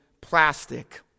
plastic